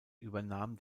übernahm